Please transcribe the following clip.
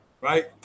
right